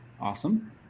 Awesome